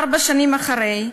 ארבע שנים אחרי,